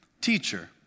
Teacher